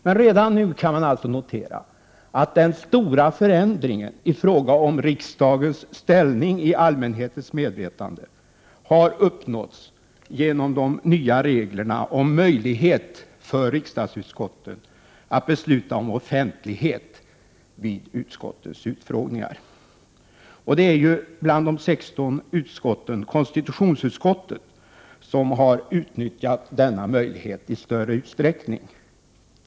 Men redan nu kan man notera att den stora förändringen i fråga om riksdagens ställning i allmänhetens medvetande har uppnåtts genom de nya reglerna om möjlighet för riksdagsutskotten att besluta om offentlighet vid utskottens utfrågningar. Bland de 16 utskotten är det hittills konstitutionsutskottet som har utnyttjat denna möjlighet i större utsträckning.